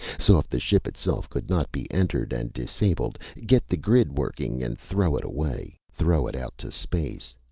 so if the ship itself could not be entered and disabled, get the grid working and throw it away. throw it out to space!